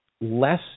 less